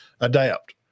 adapt